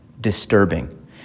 disturbing